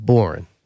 Boring